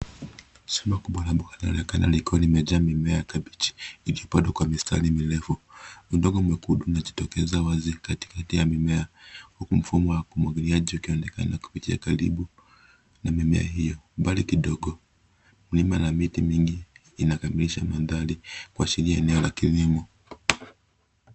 Shamba kubwa la mboga linaonekana likiwa limejaa mimea ya kabichi likipandwa kwa mistari mirefu. Udongo mwekundu umejitokeza wazi katikati ya mimea huku mfumo wa umwagiliaji ukionekana ukipitia karibu na mimea hiyo. Mbali kidogo milima na miti mingi inakamilisha mandhari kuashiria eneo la kilimo.